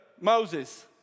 Moses